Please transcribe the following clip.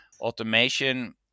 automation